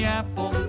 apple